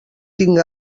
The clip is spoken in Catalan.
tinc